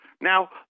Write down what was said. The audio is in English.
Now